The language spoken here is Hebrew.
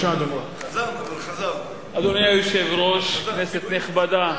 אדוני היושב-ראש, כנסת נכבדה,